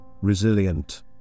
resilient